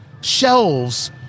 shelves